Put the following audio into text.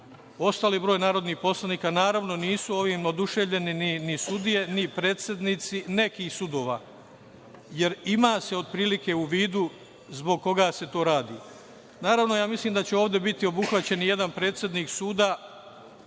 ostali broj poslanika. Naravno, nisu ovim oduševljene ni sudije, ni predsednici nekih sudova, jer ima se, otprilike, u vidu zbog koga se to radi. Naravno, ja mislim da će ovde biti obuhvaćen jedan predsednik suda